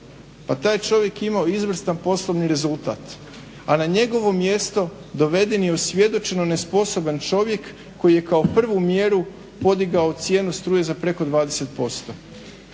Pa taj je čovjek imao izvrstan poslovni rezultat, a na njegovo mjesto doveden je osvjedočeno nesposoban čovjek koji je kao prvu mjeru podigao cijenu struje za preko 20%.